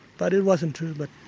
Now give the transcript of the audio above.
but it wasn't true. but